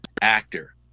actor